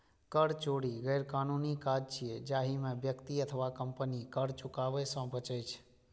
कर चोरी गैरकानूनी काज छियै, जाहि मे व्यक्ति अथवा कंपनी कर चुकाबै सं बचै छै